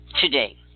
Today